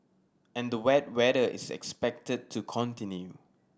and the wet weather is expected to continue